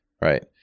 Right